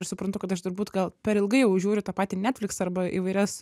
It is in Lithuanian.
aš suprantu kad aš turbūt gal per ilgai jau žiūriu tą patį nefliksą arba įvairias